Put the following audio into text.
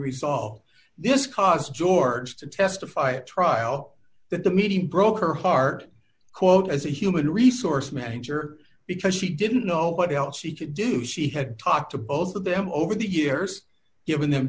resolved this cause george to testify at trial that the media broke her heart quote as a human resource manager because she didn't know what else she could do she had talked to both of them over the years given them